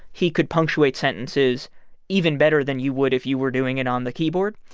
he could punctuate sentences even better than you would if you were doing it on the keyboard.